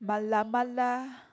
mala mala